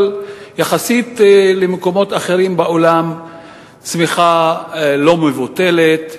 אבל יחסית למקומות אחרים לעולם זו צמיחה לא מבוטלת,